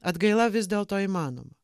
atgaila vis dėlto įmanoma